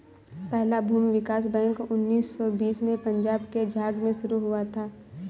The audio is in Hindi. पहला भूमि विकास बैंक उन्नीस सौ बीस में पंजाब के झांग में शुरू हुआ था